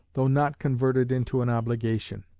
though not converted into an obligation.